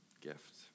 gift